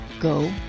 Go